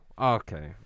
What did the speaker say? Okay